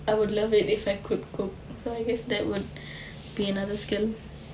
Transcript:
I would love it if I could cook so I guess that would be another skill